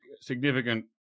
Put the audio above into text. significant